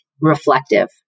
reflective